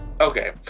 Okay